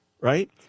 right